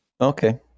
Okay